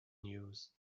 news